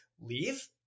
leave